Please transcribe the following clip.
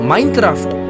Minecraft